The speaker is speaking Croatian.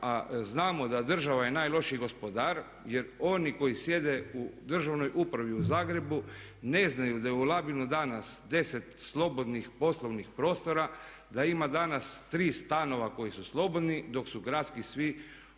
znamo da država je najlošiji gospodar jer oni koji sjede u Državnoj upravi u Zagrebu ne znaju da je u Labinu danas 10 slobodnih poslovnih prostora, da ima danas 3 stana koji su slobodni dok su gradski svi u